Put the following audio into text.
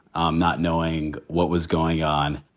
um not knowing what was going on,